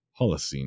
Holocene